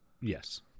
Yes